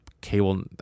cable